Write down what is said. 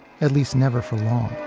at least never for long